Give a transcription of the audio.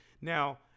Now